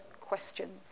questions